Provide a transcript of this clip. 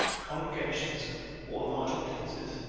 congregations or large audiences.